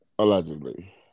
Allegedly